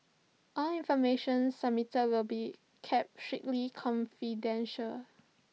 all information submitted will be kept strictly confidential